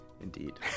Indeed